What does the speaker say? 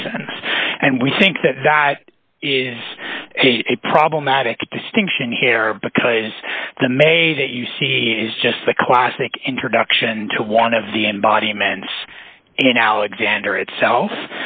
reasons and we think that that is a problematic distinction here because the made it you see is just the classic introduction to one of the embodiments and alexander itself